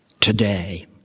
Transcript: today